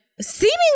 seemingly